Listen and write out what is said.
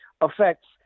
affects